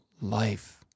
life